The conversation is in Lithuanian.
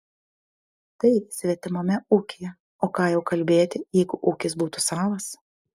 tai svetimame ūkyje o ką jau kalbėti jeigu ūkis būtų savas